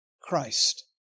Christ